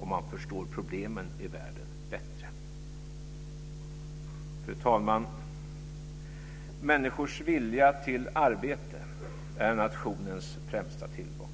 och man förstår problemen i världen bättre." Fru talman! Människors vilja till arbete är nationens främsta tillgång.